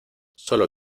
sólo